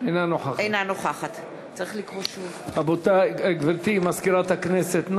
אינה נוכחת גברתי מזכירת הכנסת,